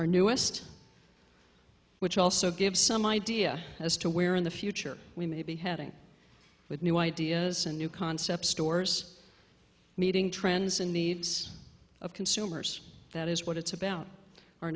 our newest which also gives some idea as to where in the future we may be heading with new ideas and new concepts stores meeting trends and needs of consumers that is what it's about